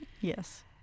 yes